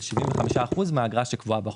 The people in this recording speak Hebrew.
אגרה של 75% מהאגרה שקבועה בחוק.